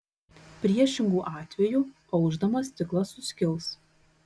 priešingu atveju aušdamas stiklas suskils